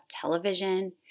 television